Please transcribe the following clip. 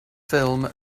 ffilm